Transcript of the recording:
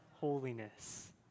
holiness